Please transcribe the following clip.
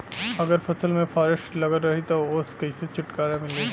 अगर फसल में फारेस्ट लगल रही त ओस कइसे छूटकारा मिली?